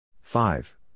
Five